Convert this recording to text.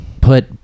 put